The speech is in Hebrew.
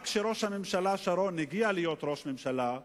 כשראש הממשלה שרון רק הגיע לתפקיד ראש הממשלה,